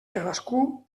cadascú